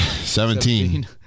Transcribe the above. Seventeen